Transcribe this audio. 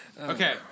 Okay